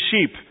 sheep